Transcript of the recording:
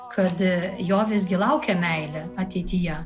kad jo visgi laukia meilė ateityje